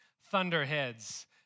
thunderheads